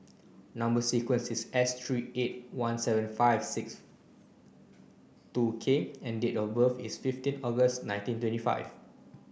number sequence is S three eight one seven five six two K and date of birth is fifteen August nineteen twenty five